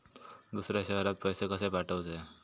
दुसऱ्या शहरात पैसे कसे पाठवूचे?